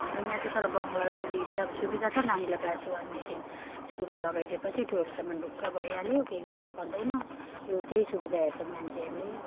हाम्रो यहाँ चाहिँ तर बङ्गलालाई दिन्छ सुविधा छ नानीलाई क्लास वानदेखि स्कुलमा लगाइदिएपछि टुवेल्भसम्म ढुक्क भइहाल्यो केही गर्नु पर्दैन त्यो त्यही सुविधा हेर्छन् मान्छेहरूले